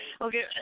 Okay